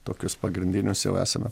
tokius pagrindinius jau esame